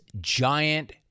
giant